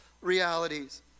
realities